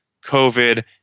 COVID